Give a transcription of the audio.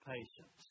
Patience